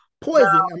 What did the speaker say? Poison